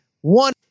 one